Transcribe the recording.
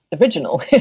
original